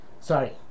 Sorry